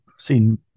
Seen